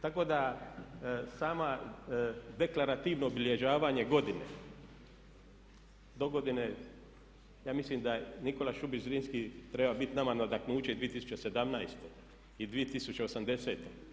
Tako da samo deklarativno obilježavanje godine, dogodine ja mislim da Nikola Šubić Zrinski treba biti nama nadahnuće i 2017. i 2080.